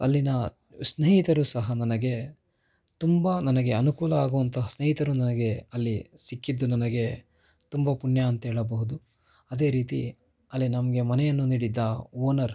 ಅಲ್ಲಿನ ಸ್ನೇಹಿತರು ಸಹ ನನಗೆ ತುಂಬ ನನಗೆ ಅನುಕೂಲವಾಗುವಂತಹ ಸ್ನೇಹಿತರು ನನಗೆ ಅಲ್ಲಿ ಸಿಕ್ಕಿದ್ದು ನನಗೆ ತುಂಬ ಪುಣ್ಯ ಅಂತ ಹೇಳಬಹುದು ಅದೇ ರೀತಿ ಅಲ್ಲಿ ನಮಗೆ ಮನೆಯನ್ನು ನೀಡಿದ್ದ ಓನರ್